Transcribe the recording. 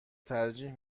ترجیح